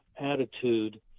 attitude